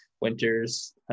winters